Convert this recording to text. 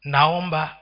Naomba